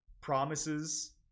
promises